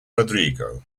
rodrigo